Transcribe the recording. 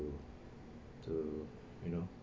to you know